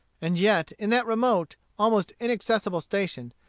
and yet, in that remote, almost inaccessible station,